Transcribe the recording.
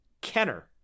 Kenner